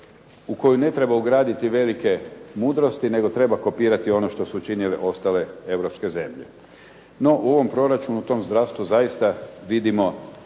u koji ne treba ugraditi velike mudrosti nego treba kopirati ono što su učinile ostale europske zemlje. No, u ovom proračunu u tom zdravstvu zaista vidimo